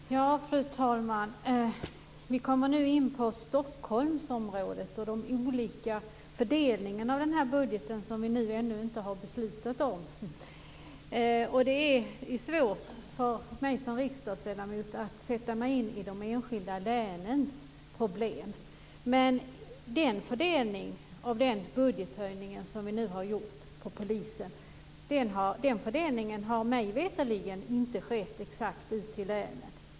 Fru talman! Vi kommer nu in på Stockholmsområdet och de olika fördelningarna av den budget som vi ännu inte har beslutat om. Det är svårt för mig som riksdagsledamot att sätta mig in i de enskilda länens problem. Men fördelningen av den budgethöjning som vi har gjort för polisen har mig veterligen inte skett med exakta belopp ut till länen.